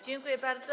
Dziękuję bardzo.